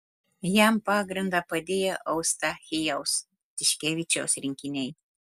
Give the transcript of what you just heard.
jam pagrindą padėjo eustachijaus tiškevičiaus rinkiniai